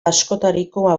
askotarikoa